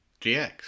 GX